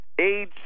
age